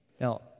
Now